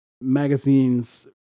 magazine's